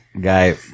guy